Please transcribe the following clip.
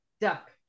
Duck